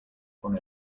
con